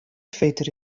veter